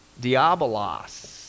Diabolos